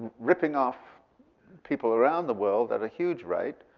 ripping off people around the world at a huge rate,